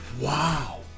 Wow